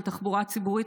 של תחבורה ציבורית,